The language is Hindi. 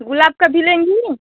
गुलाब का भी लेंगी